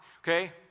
okay